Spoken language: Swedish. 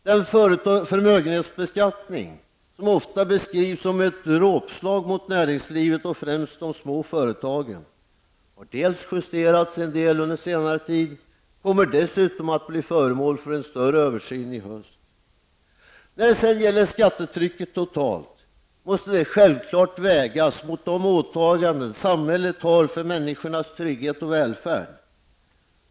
Den förmögenhetsbeskattning som ofta beskrivs som ett dråpslag mot näringslivet och främst de små företagen har dels justerats, dels kommer den att inom kort bli föremål för ytterligare förändringar. När det sedan gäller skattetrycket totalt måste detta vägas mot de åtaganden samhället har för människornas trygghet och välfärd.